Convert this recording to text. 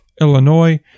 Illinois